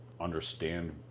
understand